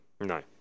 No